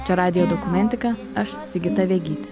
čia radijo dokumentika aš sigita vegytė